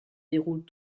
déroulent